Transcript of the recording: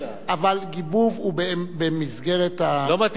אבל "גיבוב" הוא במסגרת, לא מתאים לך, זהבה.